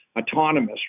autonomous